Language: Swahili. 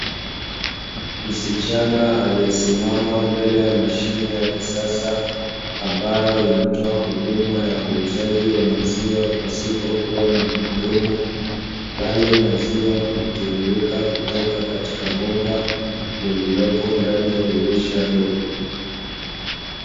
Msichana aliyesimama mbele ya mashine ya kisasa ambayo inatoa huduma ya uuzaji wa maziwa pasipo kuwa na muhudumu, bali maziwa hutiririka kutoka katika bomba lililopo ndani ya dirisha dogo.